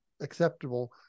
acceptable